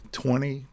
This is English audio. twenty